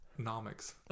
nomics